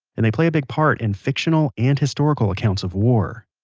and they play a big part in fictional and historical accounts of war.